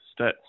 stats